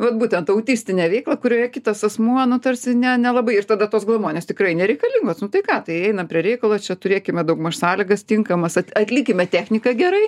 vat būtent autistinę veiklą kurioje kitas asmuo nu tarsi ne nelabai ir tada tos glamonės tikrai nereikalingos tai ką tai einam prie reikalo čia turėkime daugmaž sąlygas tinkamas atlikime techniką gerai